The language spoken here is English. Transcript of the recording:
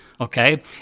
okay